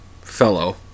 fellow